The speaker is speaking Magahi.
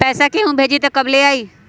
पैसा केहु भेजी त कब ले आई?